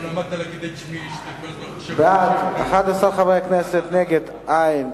בעד, 11, נגד, אין,